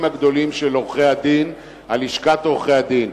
הגדולים של עורכי-הדין על לשכת עורכי-הדין,